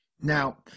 Now